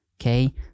okay